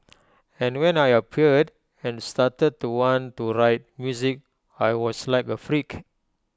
and when I appeared and started to want to write music I was like A freak